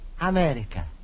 America